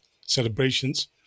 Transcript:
celebrations